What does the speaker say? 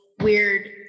weird